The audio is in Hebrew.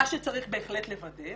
מה שצריך לוודא,